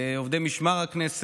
עובדי משמר הכנסת,